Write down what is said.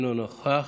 אינו נוכח.